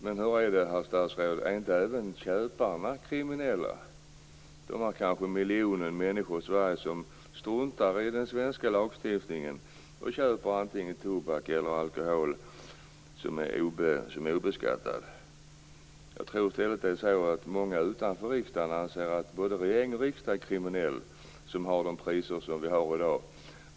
Men hur är det, herr statsråd - är inte även köparna kriminella? Det gäller den här miljonen - kanske - människor i Sverige som struntar i den svenska lagstiftningen och köper antingen tobak eller alkohol som är obeskattad. Troligtvis är det så att många utanför riksdagen anser att både regering och riksdag är kriminella eftersom vi har de priser som vi har i dag.